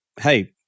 hey